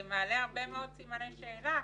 זה מעלה הרבה מאוד סימני שאלה